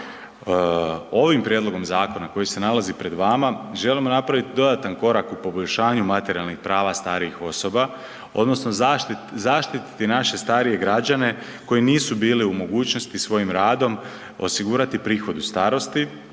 Ovim prijedlogom zakona koji se nalazi pred vama, želimo napraviti dodatan korak u poboljšanju materijalnih prava starijih osoba odnosno zaštititi naše starije građane koji nisu bili u mogućnosti svojim radom osigurati prihod u starosti